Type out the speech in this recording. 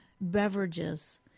beverages